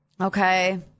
Okay